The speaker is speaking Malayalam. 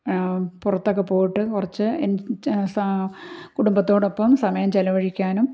പുറത്തൊക്കെ പോയിട്ട് കുറച്ച് എൻജോ സ കുടുംബത്തോടൊപ്പം സമയം ചെലവഴിക്കാനും